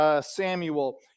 Samuel